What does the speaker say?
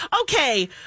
Okay